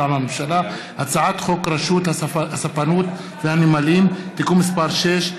מטעם הממשלה: הצעת חוק רשות הספנות והנמלים (תיקון מס' 6),